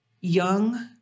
young